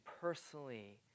personally